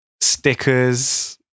stickers